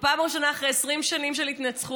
בפעם הראשונה, אחרי 20 שנים של התנצחות,